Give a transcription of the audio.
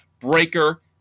Breaker